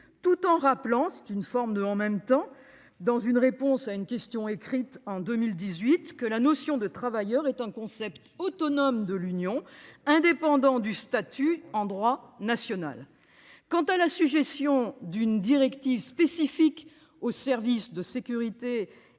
néanmoins- c'est une forme de « en même temps »-, dans une réponse à une question écrite, en 2018, que la notion de « travailleur » est un concept autonome de l'Union européenne, indépendant du statut en droit national. Quant à la suggestion d'une directive spécifique aux services de sécurité